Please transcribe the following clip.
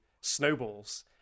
snowballs